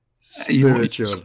spiritual